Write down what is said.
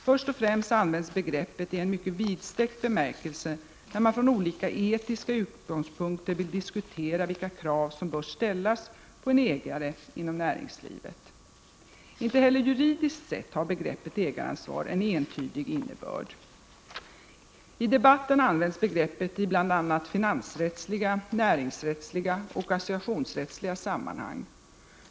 Först och främst används begreppet i en mycket vidsträckt bemärkelse när man från olika etiska utgångspunkter vill diskutera vilka krav som bör ställas på en ägare inom näringslivet. Inte heller juridiskt sett har begreppet ägaransvar en entydig innebörd. I debatten används begreppet i bl.a. finansrättsliga, näringsrättsliga och associationsrättsliga sammanhang.